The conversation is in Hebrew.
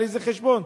על איזה חשבון,